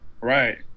Right